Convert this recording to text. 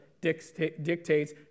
dictates